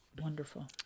Wonderful